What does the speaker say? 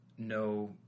no